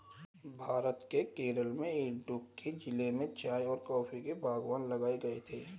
भारत के केरल के इडुक्की जिले में चाय और कॉफी बागान लगाए गए थे